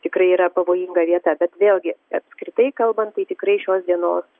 tikrai yra pavojinga vieta bet vėlgi apskritai kalban tai tikrai šios dienos